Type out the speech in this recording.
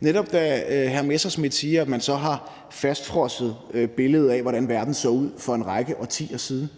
hr. Morten Messerschmidt siger, at man har fastfrosset billedet af, hvordan verden så ud for en række årtier siden.